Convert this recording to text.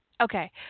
Okay